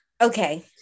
okay